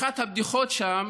אחת הבדיחות שם